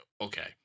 okay